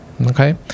Okay